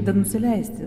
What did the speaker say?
dar nusileisti